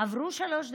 עברו שלוש דקות?